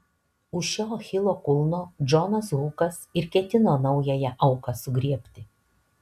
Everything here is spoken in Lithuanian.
už šio achilo kulno džonas hukas ir ketino naująją auką sugriebti